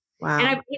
Wow